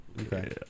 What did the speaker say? Okay